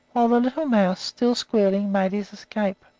while the little mouse, still squealing, made his escape.